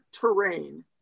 terrain